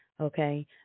okay